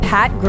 Pat